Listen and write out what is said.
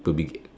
to be